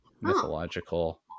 mythological